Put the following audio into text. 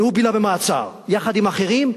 והוא בילה במעצר יחד עם אחרים.